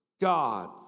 God